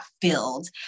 filled